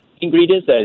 Ingredients